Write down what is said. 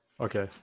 Okay